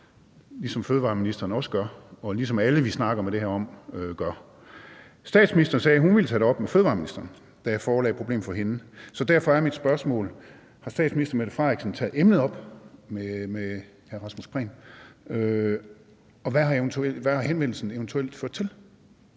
ligesom fødevareministeren også gør, og ligesom alle, vi snakker med om det her, gør. Statsministeren sagde, at hun ville tage det op med fødevareministeren, da jeg forelagde problemet for hende, så derfor er mit spørgsmål: Har statsministeren taget emnet op med fødevareministeren? Og hvad har henvendelsen eventuelt ført til?